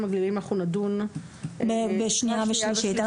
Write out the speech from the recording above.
הגליליים אנחנו נדון לקראת שנייה ושלישית.